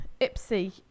Ipsy